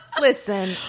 Listen